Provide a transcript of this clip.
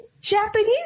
Japanese